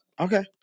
okay